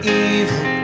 evil